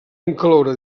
incloure